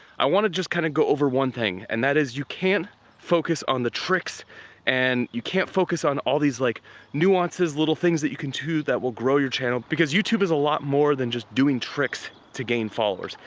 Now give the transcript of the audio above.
i wanna just kinda go over one thing and that is you can't focus on the tricks and you can't focus on all these like nuances, little things that you can do that will grow your channel because youtube is a lot more than just doing tricks to gain followers.